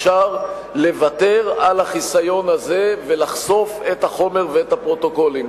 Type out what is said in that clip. אפשר לוותר על החיסיון הזה ולחשוף את החומר ואת הפרוטוקולים.